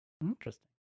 Interesting